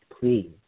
please